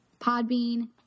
Podbean